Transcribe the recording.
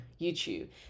youtube